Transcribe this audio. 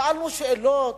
שאלנו שאלות,